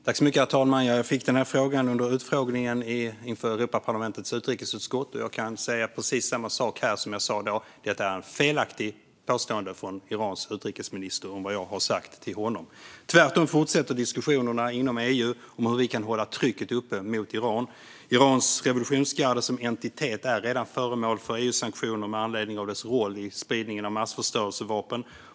Herr talman! Jag fick denna fråga under utfrågningen inför Europaparlamentets utrikesutskott, och jag kan säga precis samma sak här som jag sa då: Det är ett felaktigt påstående från Irans utrikesminister om vad jag har sagt till honom. Tvärtom fortsätter diskussionerna inom EU om hur vi kan hålla trycket uppe mot Iran. Irans revolutionsgarde som entitet är redan föremål för EUsanktioner med anledning av dess roll i spridningen av massförstörelsevapen.